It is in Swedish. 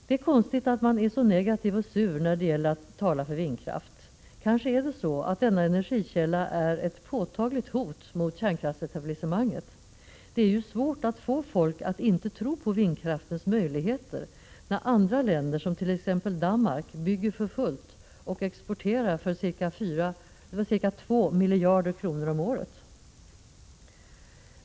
Det är konstigt att man är så negativ och så sur när det gäller att tala för vindkraft. Kanske är denna ett påtagligt hot mot kärnkraftsetablissemanget. Det är ju svårt att få folk att inte tro på vindkraftens möjligheter när andra länder, t.ex. Danmark, bygger för fullt och exporterar för ca 2 miljarder kronor om året.